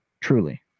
Truly